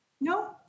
No